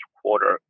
quarter